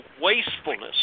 wastefulness